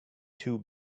two